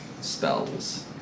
spells